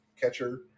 catcher